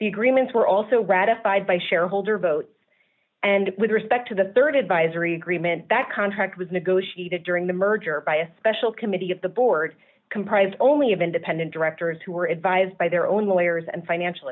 the agreements were also ratified by shareholder vote and with respect to the rd advisory agreement that contract was negotiated during the merger by a special committee of the board comprised only of independent directors who were advised by their own lawyers and financial